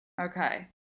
Okay